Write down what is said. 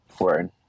Word